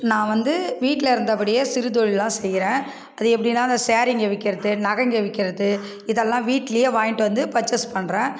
நான் வந்து வீட்டில இருந்தபடியே சிறு தொழில்லாம் செய்கிறேன் அது எப்படின்னா அந்த ஸாரிங்க விற்கிறது நகைங்க விற்கிறது இதெல்லாம் வீட்டிலயே வாங்கிட்டு வந்து பர்ச்சேஸ் பண்ணுறேன்